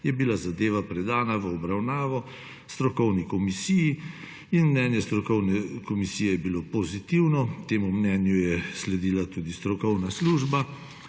je bila zadeva predana v obravnavo strokovni komisiji. Mnenje strokovne komisije je bilo pozitivno. Temu mnenju je sledila tudi strokovna služba